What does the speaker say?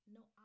no